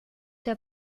der